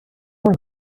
نمی